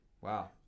Wow